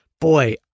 Boy